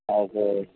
அது